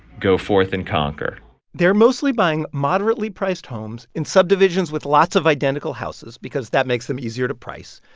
go forth and conquer they're mostly buying moderately priced homes in subdivisions with lots of identical houses because that makes them easier to price.